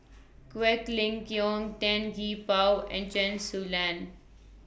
Quek Ling Kiong Tan Gee Paw and Chen Su Lan